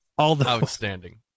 Outstanding